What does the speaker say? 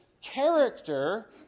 character